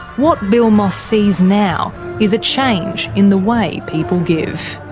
what bill moss sees now is a change in the way people give.